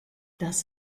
das